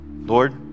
Lord